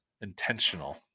intentional